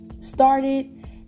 started